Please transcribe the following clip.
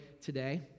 today